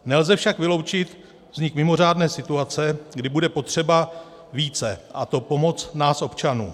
Nelze však vyloučit vznik mimořádné situace, kdy bude potřeba více, a to pomoc nás občanů.